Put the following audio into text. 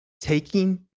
Taking